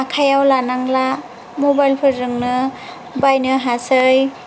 आखाइयाव लानांला मबाइलफोरजोंनो बायनो हासै